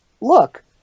look